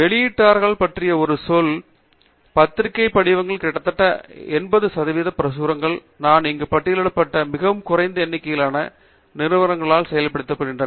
வெளியீட்டாளர்கள் பற்றிய ஒரு சொல் பத்திரிகை படிவங்களில் கிட்டத்தட்ட 80 பிரசுரங்கள் நான் இங்கு பட்டியலிடப்பட்ட மிக குறைந்த எண்ணிக்கையிலான நிறுவனங்களால் செய்யப்படுகின்றன